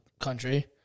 country